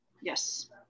Yes